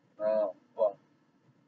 oh !wah!